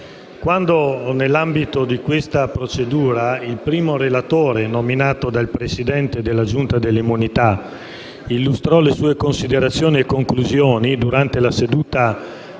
quando nell'ambito di questa procedura il primo relatore nominato dal Presidente della Giunta delle immunità illustrò le sue considerazioni e conclusioni durante la seduta